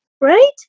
right